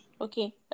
Okay